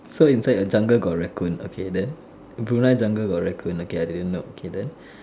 so inside your jungle got Raccoon okay then Brunei jungle got Raccoon okay I didn't know okay then